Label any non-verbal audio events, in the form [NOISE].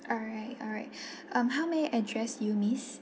all right all right [BREATH] um how may I address you miss